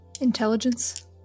Intelligence